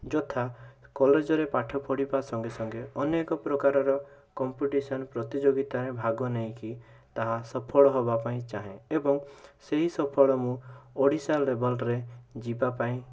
ଯଥା କଲେଜରେ ପାଠ ପଢ଼ିବା ସଙ୍ଗେ ସଙ୍ଗେ ଅନେକ ପ୍ରକାରର କମ୍ପିଟିସନ୍ ପ୍ରତିଯୋଗିତା ଭାଗ ନେଇକି ତାହା ସଫଳ ହେବା ପାଇଁ ଚାହେଁ ଏବଂ ସେହି ସଫଳ ମୁଁ ଓଡ଼ିଶା ଲେବଲ୍ରେ ଯିବା ପାଇଁ